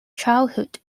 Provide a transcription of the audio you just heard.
childhood